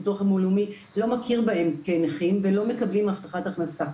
הביטוח הלאומי לא מכיר בהם כנכים והם לא מקבלים הבטחת הכנסה.